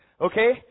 Okay